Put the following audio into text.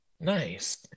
Nice